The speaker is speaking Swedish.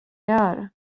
gör